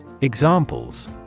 Examples